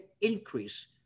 increase